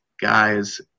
guys